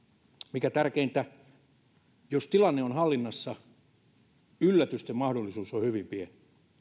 mikä tärkeintä jos tilanne on hallinnassa yllätysten mahdollisuus on hyvin pieni